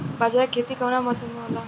बाजरा के खेती कवना मौसम मे होला?